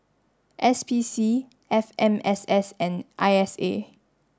S P C F M S S and I S A